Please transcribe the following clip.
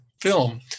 film